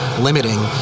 limiting